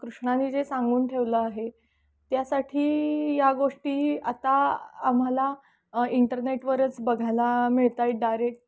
कृष्णाने जे सांगून ठेवलं आहे त्यासाठी या गोष्टी आता आम्हाला इंटरनेटवरच बघायला मिळत आहेत डायरेक्ट